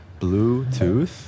Bluetooth